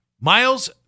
Miles